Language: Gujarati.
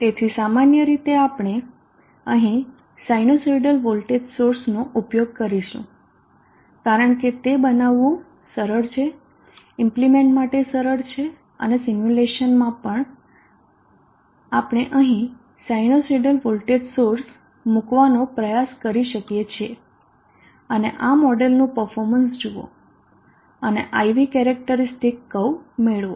તેથી સામાન્ય રીતે આપણે અહીં સાયનુસાઇડલ વોલ્ટેજ સોર્સનો ઉપયોગ કરીશું કારણ કે તે બનાવવું સરળ છે એમ્પીમેન્ટ માટે સરળ છે અને સિમ્યુલેશનમાં પણ આપણે અહીં સાયનુસાઇડલ વોલ્ટેજ સોર્સ મૂકવાનો પ્રયાસ કરી શકીએ છીએ અને આ મોડેલનું પરફોર્મન્સ જુઓ અને I V કેરેક્ટરીસ્ટિક કર્વ મેળવો